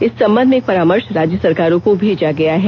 इस संबंध में एक परामर्श राज्य सरकारों को भेजा गया है